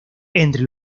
entre